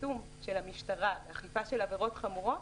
וביישום של המשטרה ואכיפה של עבירות חמורות,